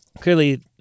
clearly